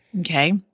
Okay